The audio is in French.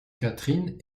catherine